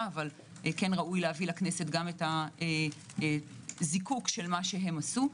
אבל כן ראוי להביא לכנסת גם את הזיקוק של מה שהם עשו,